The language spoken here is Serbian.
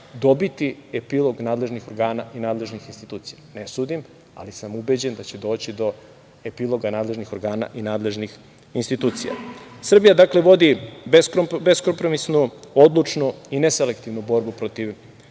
dobiti epilog nadležnih organa i nadležnih institucija. Ne sudim, ali sam ubeđen da će doći do epiloga nadležnih organa i nadležnih institucija. Srbija, dakle, vodi beskompromisnu, odlučnu i ne selektivnu borbu protiv